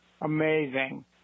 amazing